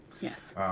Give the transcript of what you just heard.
Yes